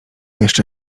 jeszcze